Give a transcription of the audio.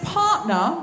partner